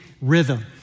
rhythm